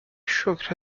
شکر